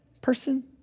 person